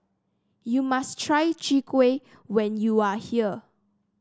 you must try Chwee Kueh when you are here